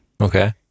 Okay